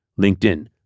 LinkedIn